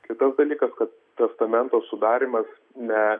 kitas dalykas kad testamento sudarymas ne